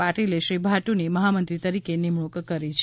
પાટીલે શ્રી ભાટુની મહામંત્રી તરીકે નિમણુક કરી છે